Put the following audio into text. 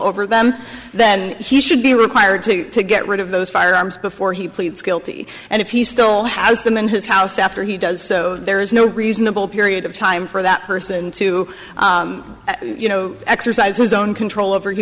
over them that he should be required to to get rid of those firearms before he pleads guilty and if he still has them in his house after he does so there is no reasonable period of time for that person to you know exercise his own control over